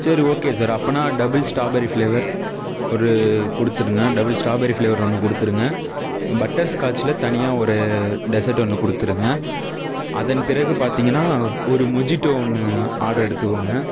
சரி okay sir அப்போனா double strawberry flavour ஒரு கொடுத்துடுங்க டபுள் ஸ்ட்ராபெரி ஃப்ளேவரில் ஒன்று கொடுத்துருங்க பட்டர்ஸ்காட்சில் தனியாக ஒரு டெசர்ட் ஒன்று கொடுத்துருங்க அதன் பிறகு பார்த்திங்கனா ஒரு மொஜிடோ ஒன்று ஆர்டர் எடுத்துக்கோங்க